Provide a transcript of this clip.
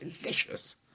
delicious